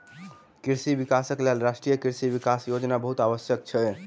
कृषि विकासक लेल राष्ट्रीय कृषि विकास योजना बहुत आवश्यक अछि